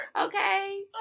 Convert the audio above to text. okay